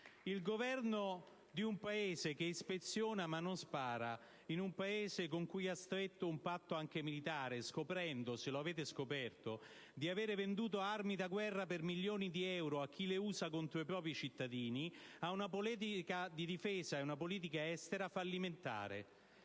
Il Governo di uno Stato che ispeziona, ma non spara, in un Paese con cui ha stretto un patto anche militare scoprendo (se lo avete scoperto) di avere venduto armi da guerra per milioni di euro a chi le usa contro i propri cittadini, ha una politica di difesa ed una politica estera fallimentari.